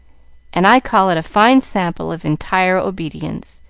and i call it a fine sample of entire obedience.